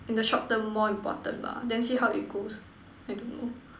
in the short term more important bah then see how it goes I don't know